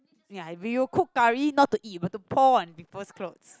ya we will cook curry not to eat but to pour on peoples clothes